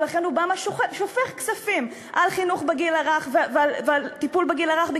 ולכן אובמה שופך כספים על חינוך בגיל הרך ועל טיפול בגיל הרך.